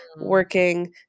working